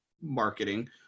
marketing